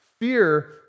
fear